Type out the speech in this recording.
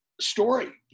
story